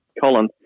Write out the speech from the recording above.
Colin